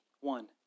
One